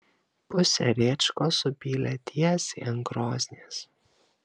pusę rėčkos supylė tiesiai ant krosnies